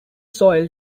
soil